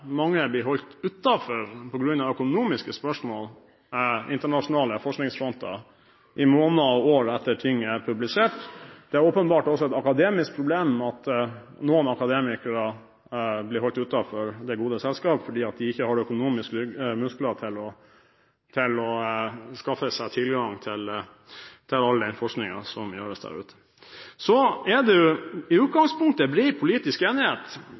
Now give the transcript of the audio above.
mange blir holdt utenfor på grunn av økonomiske spørsmål i internasjonale forskningsfronter – i måneder og år etter at ting er publisert. Det er åpenbart også et akademisk problem at noen akademikere blir holdt utenfor det gode selskap fordi de ikke har økonomiske muskler til å skaffe seg tilgang til all den forskningen som gjøres der ute. Det er i utgangspunktet bred politisk enighet